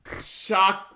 shock